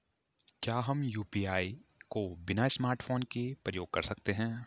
क्या हम यु.पी.आई को बिना स्मार्टफ़ोन के प्रयोग कर सकते हैं?